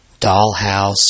dollhouse